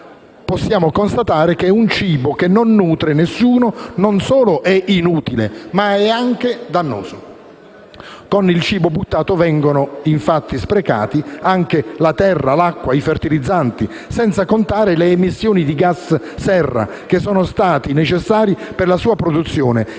Possiamo constatare che un cibo che non nutre nessuno non solo è inutile, ma è anche dannoso. Con il cibo buttato vengono infatti sprecati anche la terra, l'acqua e i fertilizzanti (senza contare le emissioni di gas serra) che sono stati necessari per la sua produzione;